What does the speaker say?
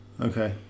Okay